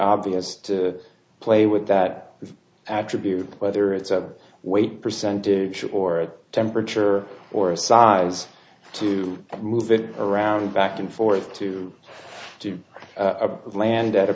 obvious to play with that attribute whether it's a wait percent do or a temperature or a size to move it around back and forth to do with land at a